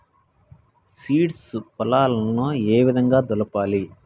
Seeds పొలాలను ఏ విధంగా దులపాలి?